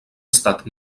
estat